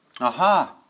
Aha